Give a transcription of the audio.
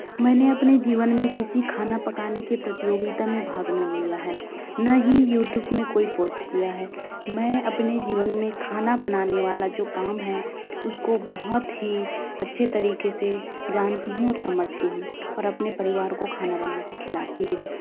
मैंने अपने जीवन में किसी खाना पकाने के प्रतियोगिता में भाग नहीं लिया है न ही यूटूब में कोई पोस्ट किया है मैं अपने जीवन में खाना बनाने वाला जो काम है उसको बहुत ही अच्छे तरीके से जानती हूँ और समझती हूँ और अपने परिवार को खाना बनाके खिलाती भी हूँ